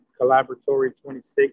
collaboratory26